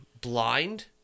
blind